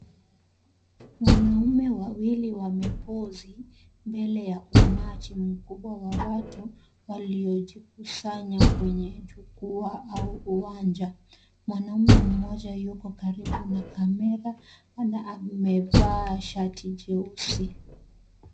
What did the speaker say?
Wanaume wawili wamepozi mbele ya umati mkubwa wa watu waliojikusanya kwenye jukwaa au uwanja. Mwanaume mmoja yuko karibu na kamera na amevaa shati jeusi.